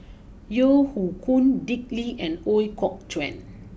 Yeo Hoe Koon Dick Lee and Ooi Kok Chuen